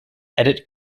edit